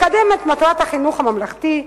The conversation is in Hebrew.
לקדם את מטרות החינוך הממלכתי,